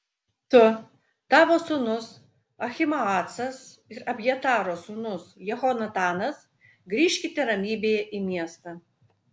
tu tavo sūnus ahimaacas ir abjataro sūnus jehonatanas grįžkite ramybėje į miestą